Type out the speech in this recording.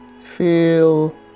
feel